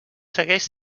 segueix